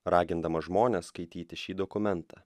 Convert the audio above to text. ragindamas žmones skaityti šį dokumentą